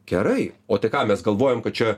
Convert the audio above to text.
gerai o tai ką mes galvojam kad čia